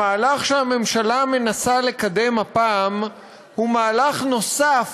המהלך שהממשלה מנסה לקדם הפעם הוא מהלך נוסף